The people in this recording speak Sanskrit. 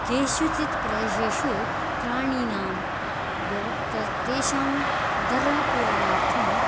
केषुचित् प्रदेशेषु प्राणिनां व्यव त तेषाम् उदरपूरणार्थं